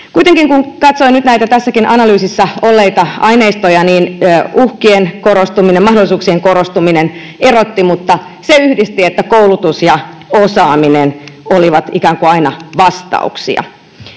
Kuitenkin kun katsoin nyt näitä tässäkin analyysissä olleita aineistoja, niin uhkien korostuminen, mahdollisuuksien korostuminen erotti, mutta se yhdisti, että koulutus ja osaaminen olivat ikään kuin aina vastauksia.